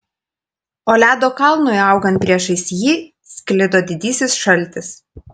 o ledo kalnui augant priešais jį sklido didysis šaltis